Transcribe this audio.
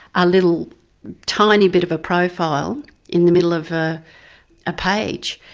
a little tiny bit of a profile in the middle of ah a page.